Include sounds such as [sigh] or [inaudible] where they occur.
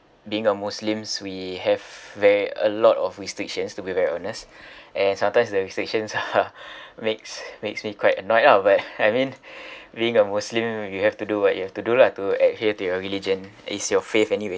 being a muslims we have ve~ a lot of restrictions to be very honest and sometimes the restrictions [laughs] makes makes me quite annoyed ah but I mean [breath] being a muslim you have to do what you have to do lah to adhere to your religion it's your faith anyway